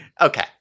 Okay